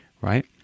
right